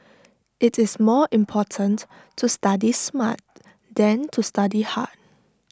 IT is more important to study smart than to study hard